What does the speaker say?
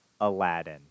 Aladdin